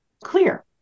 clear